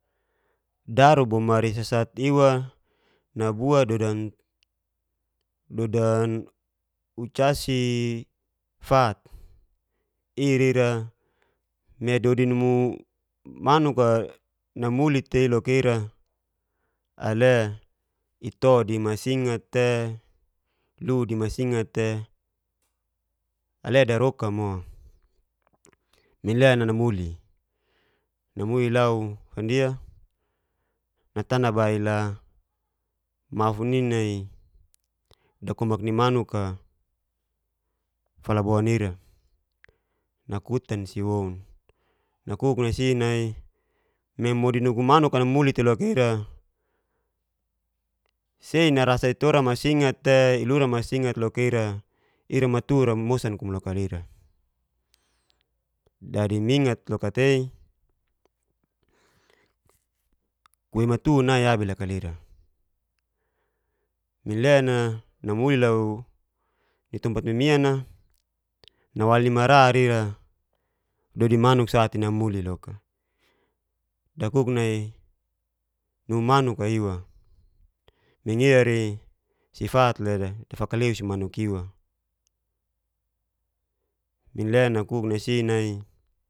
Daru bomari sasat iwa nabua dodan ucasi fat i'rira me dodi numu manuk'a namuli tei loka ira ile ito di masingat te, ilu di masingat te ale daroka mo. minlena namuli'i, namuli lau fandia natannabail mafun'i nai dakomak ni manuka falabon ira, nakutan si woun, nakuk nai `si nai me modi nugu manuk'a namuli tri loka ira sai narasa ni itora masingat te ilurala masingat loka ira matura mosan kumu loka lira dadi mingat loka tei kuwei matu nai abi laka lira. minlena namuli lau ni tompat mimian'a nawali marar ira dadi manuk sati namuli loka dakuk nai nummanuk'a iwa mingirari si'fat le dafakaleus'i manuk iwa, minlena nakuk nai si nai.